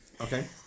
Okay